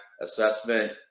assessment